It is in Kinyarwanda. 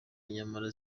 nyamara